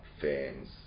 fans